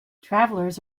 travellers